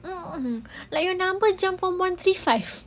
mm mm like your number jump from one three five